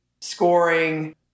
scoring